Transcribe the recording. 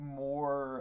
more